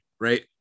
right